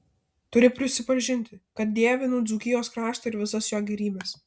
turiu prisipažinti kad dievinu dzūkijos kraštą ir visas jo gėrybes